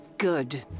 Good